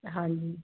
ਹਾਂਜੀ